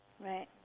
Right